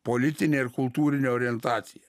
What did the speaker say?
politine ir kultūrine orientacija